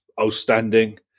outstanding